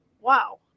Wow